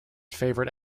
favorite